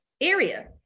area